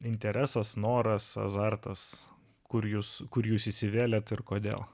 interesas noras azartas kur jūs kur jūs įsivėlėte ir kodėl